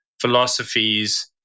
philosophies